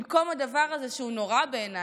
במקום הדבר הזה, שהוא נורא בעיניי,